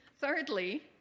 Thirdly